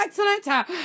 excellent